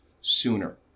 sooner